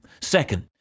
Second